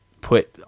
put